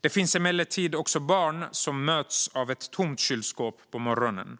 Det finns emellertid också barn som möts av ett tomt kylskåp på morgonen,